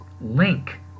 link